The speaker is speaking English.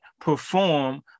perform